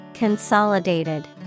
Consolidated